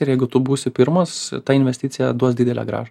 ir jeigu tu būsi pirmas ta investicija duos didelę grąžą